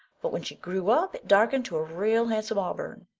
but when she grew up it darkened to a real handsome auburn.